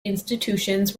institutions